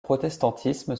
protestantisme